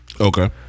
Okay